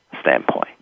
standpoint